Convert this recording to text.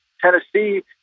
Tennessee